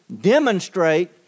demonstrate